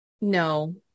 No